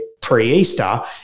pre-Easter